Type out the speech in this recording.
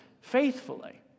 faithfully